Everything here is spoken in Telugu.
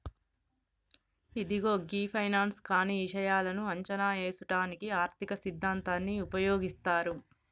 ఇదిగో గీ ఫైనాన్స్ కానీ ఇషాయాలను అంచనా ఏసుటానికి ఆర్థిక సిద్ధాంతాన్ని ఉపయోగిస్తారు